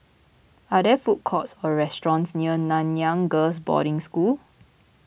are there food courts or restaurants near Nanyang Girls' Boarding School